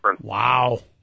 Wow